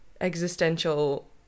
existential